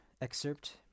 excerpt